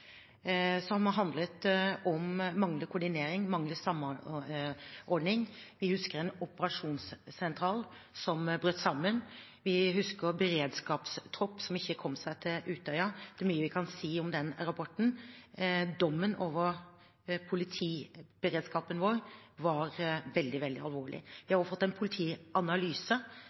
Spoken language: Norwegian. som handlet om manglende koordinering og manglende samordning. Vi husker en operasjonssentral som brøt sammen. Vi husker en beredskapstropp som ikke kom seg til Utøya. Det er mye vi kan si om den rapporten. Dommen over politiberedskapen vår var veldig, veldig alvorlig. Vi har også fått en politianalyse